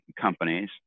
companies